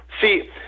See